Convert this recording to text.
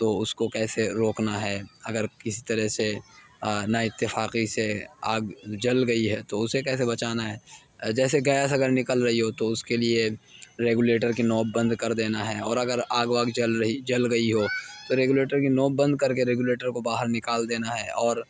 تو اس کو کیسے روکنا ہے اگر کسی طرح سے نا اتفاقی سے آگ جل گئی ہے تو اسے کیسے بچانا ہے جیسے گیس اگر نکل رہی ہو تو اس کے لیے ریگولیٹر کی نوب بند کر دینا ہے اور اگر آگ واگ جل رہی جل گئی ہو تو ریگولیٹر کی نوب بند کر کے ریگولیٹر کو باہر نکال دینا ہے اور